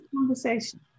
conversation